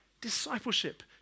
Discipleship